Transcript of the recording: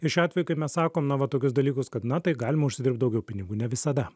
ir šiuo atveju kai mes sakom na va tokius dalykus kad na tai galima užsidirbt daugiau pinigų ne visada